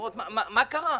מה קרה?